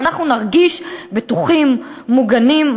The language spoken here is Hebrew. ואנחנו נרגיש בטוחים, מוגנים.